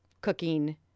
cooking